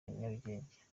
nyarugenge